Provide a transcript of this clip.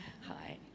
Hi